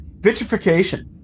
Vitrification